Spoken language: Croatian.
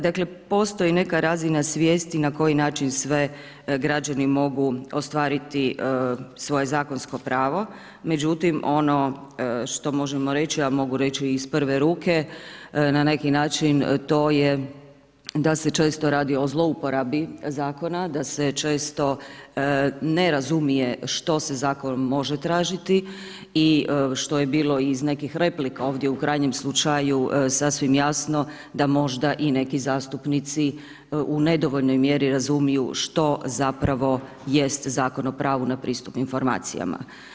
Dakle, postoji neka razina svijesti na koji način sve građani mogu ostvariti svoje zakonsko pravo međutim ono što možemo reći, a mogu reći iz prve ruke, na neki način to je da se često radi o zlouporabi zakona, da se često ne razumije što se zakonom može tražiti i što je bilo iz nekih replika ovdje u krajnjem slučaju, sasvim jasno da možda i neki zastupnici u nedovoljnoj mjeri razumiju što zapravo jest Zakon o pravo na pristup informacijama.